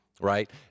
right